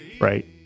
right